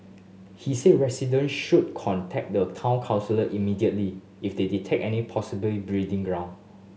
he said resident should contact the Town Council immediately if they detect any possible breeding ground